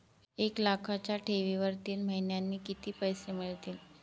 एक लाखाच्या ठेवीवर तीन महिन्यांनी किती पैसे मिळतील?